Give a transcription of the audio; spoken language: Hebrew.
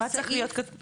מה צריך להיות כתוב?